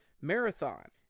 Marathon